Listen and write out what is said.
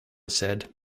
said